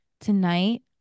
tonight